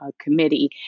committee